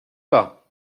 pas